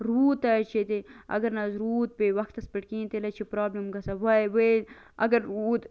روٗد تہ حظ چھُ ییٚتہ اگر نہ حظ روٗد پے وَکھتَس پیٚٹھ کِہیٖنۍ تیٚلہِ حظ چھُ پرابلم گَژھان اگر روٗد